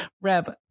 Reb